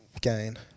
Gain